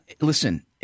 Listen